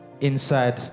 Inside